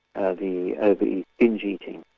ah the the binge eating.